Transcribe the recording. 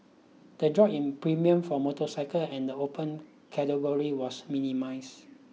the drop in premiums for motorcycle and the Open Category was minimize